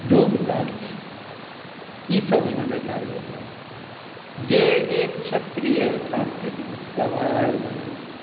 डोमकच ई सभ एहिमे देखाएल जाइया जे एक क्षेत्रीय सांस्कृतिक उत्सवक आयोजन अछि